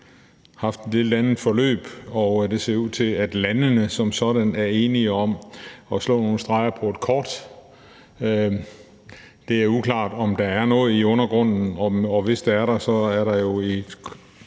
haft et lidt andet forløb, og det ser ud til, at landene som sådan er enige om at slå nogle streger på et kort. Det er uklart, om der er noget i undergrunden, og hvis der er det, er der jo i